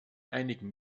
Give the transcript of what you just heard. einigen